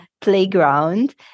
playground